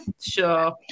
sure